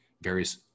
various